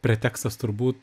pretekstas turbūt